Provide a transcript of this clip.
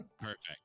perfect